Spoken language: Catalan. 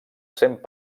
cent